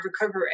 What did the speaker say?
recovery